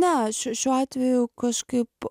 na šiuo šiuo atveju kažkaip